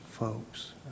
folks